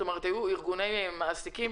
כלומר ארגוני מעסיקים